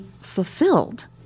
fulfilled